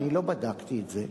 אני לא בדקתי את זה,